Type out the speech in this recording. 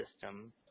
system